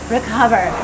Recover